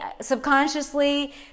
subconsciously